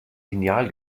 lineal